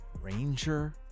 Ranger